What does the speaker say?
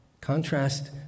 Contrast